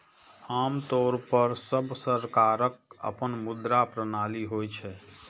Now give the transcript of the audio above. आम तौर पर सब सरकारक अपन मुद्रा प्रणाली होइ छै